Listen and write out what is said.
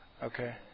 Okay